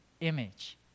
image